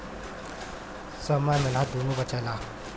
समय मेहनत दुन्नो बचावेला